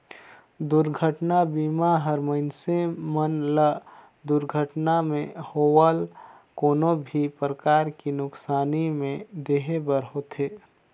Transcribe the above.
दुरघटना बीमा हर मइनसे मन ल दुरघटना मे होवल कोनो भी परकार के नुकसानी में देहे बर होथे